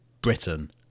Britain